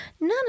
none